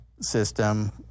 system